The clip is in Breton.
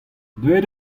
deuet